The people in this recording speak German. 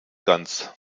ganz